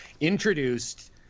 introduced